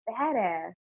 badass